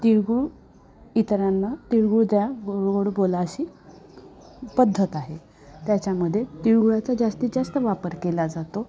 तिळगूळ इतरांना तिळगूळद्या गोडगोड बोला अशी पद्धत आहे त्याच्यामध्ये तिळगुळाचा जास्तीत जास्त वापर केला जातो